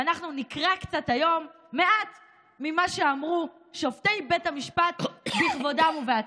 ואנחנו נקרא קצת היום מעט ממה שאמרו שופטי בית המשפט בכבודם ובעצמם.